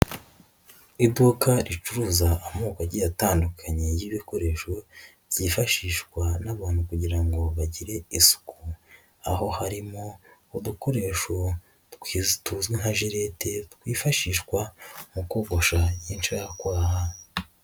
Iduka ricuruza amoko agiye atandukanye y'ibikoresho byifashishwa n'abantu kugira ngo bagire isuku, aho harimo udukoresho tuzwi nka jirete twifashishwa mu kogosha inshakwaha.